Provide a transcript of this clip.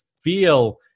feel